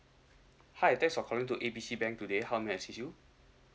hi thanks for calling to A B C bank today how may I assist you